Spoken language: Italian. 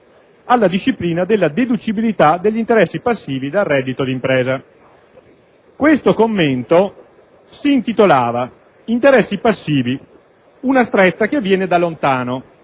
alla disciplina della deducibilità degli interessi passivi dal reddito di impresa. Questo commento si intitolava «Interessi passivi, una stretta che viene da lontano»,